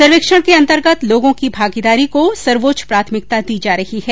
सर्वेक्षण के अंतर्गत लोगों की भागीदारी को सर्वोच्च प्राथमिकता दी जा रही है